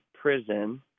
prison